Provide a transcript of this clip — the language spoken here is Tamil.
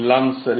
எல்லாம் சரி